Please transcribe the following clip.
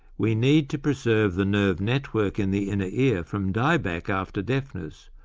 we need to preserve the nerve network in the inner ear from die-back after deafness,